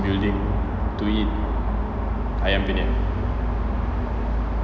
building to eat ayam penyet